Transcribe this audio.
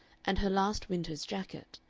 and her last winter's jacket,